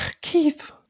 Keith